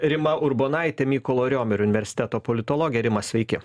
rima urbonaitė mykolo riomerio universiteto politologė rima sveiki